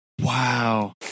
wow